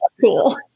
cool